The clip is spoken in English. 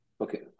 Okay